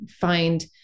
find